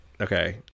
Okay